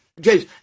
James